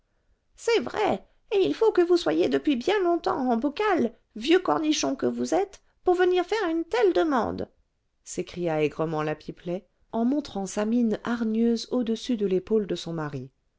c'est vrai et il faut que vous soyez depuis bien longtemps en bocal vieux cornichon que vous êtes pour venir faire une telle demande s'écria aigrement la pipelet en montrant sa mine hargneuse au-dessus de l'épaule de son mari